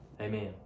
Amen